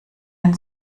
ein